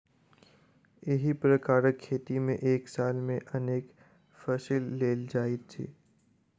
एहि प्रकारक खेती मे एक साल मे अनेक फसिल लेल जाइत छै